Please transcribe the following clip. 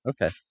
Okay